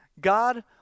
God